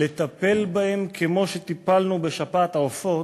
לטפל בהם כמו שטיפלנו בשפעת העופות,